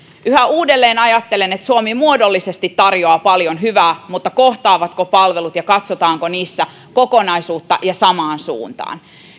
yhä uudelleen ajattelen että suomi muodollisesti tarjoaa paljon hyvää mutta kohtaavatko palvelut ja katsotaanko niissä kokonaisuutta ja samaan suuntaan